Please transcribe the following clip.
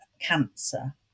cancer